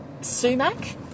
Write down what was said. sumac